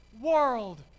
world